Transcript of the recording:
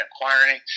acquiring